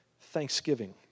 thanksgiving